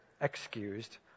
excused